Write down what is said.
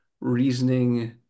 reasoning